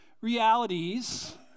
realities